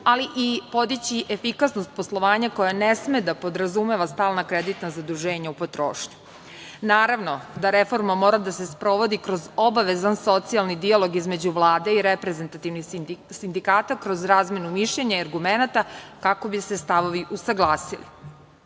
ali i podići efikasnost poslovanja koje ne sme da podrazumeva stalna kreditna zaduženja u potrošnju. Naravno, da reforma mora da se sprovodi kroz obavezan socijalni dijalog između Vlade i reprezentativnih sindikata, kroz razmenu mišljenja i argumenata kako bi se stavovi usaglasili. Kako